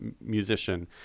musician